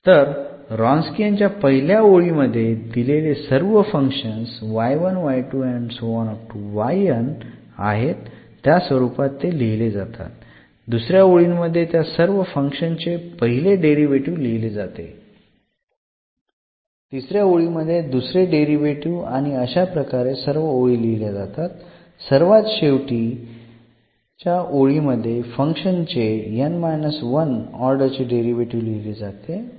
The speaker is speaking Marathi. तर रॉन्सकीयन च्या पहिल्या ओळींमध्ये दिलेले सर्व फंक्शन्स आहे त्या स्वरूपात लिहिले जातात दुसऱ्या ओळींमध्ये त्या सर्व फंक्शन्स चे पहिले डेरीवेटीव्ह लिहिले जाते तिसऱ्या ओळींमध्ये दुसरे डेरीवेटीव्ह आणि अशा प्रकारे सर्व ओळी लिहिल्या जातात सर्वात शेवट च्या ओळी मध्ये फंक्शन्स चे n 1 ऑर्डर चे डेरीवेटीव्ह लिहिले जाते